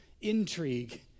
intrigue